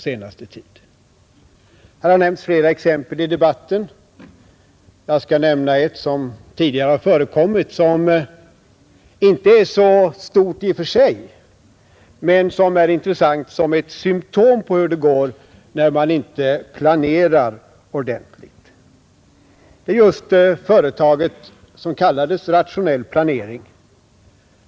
Det har nämnts flera exempel på det i denna debatt. Jag skall nämna ett, som tidigare har förekommit. Det är i och för sig inte så stort, men det är intressant som ett symtom på hur det går när man inte planerar ordentligt. Jag tänker här på företaget som just kallades Rationell planering.